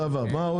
אושר.